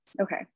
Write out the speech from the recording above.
okay